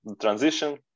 transition